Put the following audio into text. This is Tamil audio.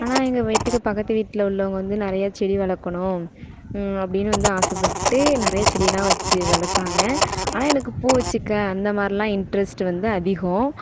ஆனால் எங்கள் வீட்டுக்கு பக்கத்து வீட்டில் உள்ளவங்க வந்து நிறையா செடி வளர்க்கணும் அப்படின்னு வந்து ஆசைப்பட்டு நிறையா செடில்லாம் வச்சு வளர்த்தாங்க ஆனால் எனக்கு பூ வச்சுக்க அந்தமாதிரிலாம் இன்ட்ரஸ்ட் வந்து அதிகம்